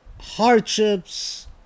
hardships